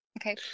Okay